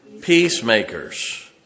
Peacemakers